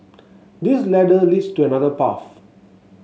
this ladder leads to another path